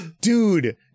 Dude